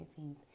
19th